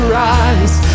rise